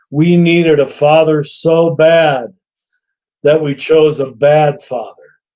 we needed a father so bad that we chose a bad father.